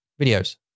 videos